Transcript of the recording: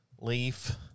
leaf